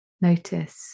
Notice